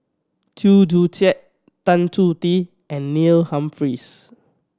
Chew Joo Chiat Tan Chong Tee and Neil Humphreys